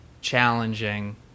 challenging